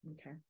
Okay